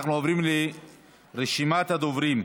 אנחנו עוברים לרשימת הדוברים.